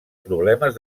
problemes